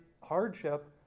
hardship